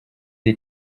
the